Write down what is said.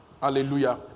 Hallelujah